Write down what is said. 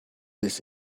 this